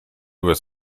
was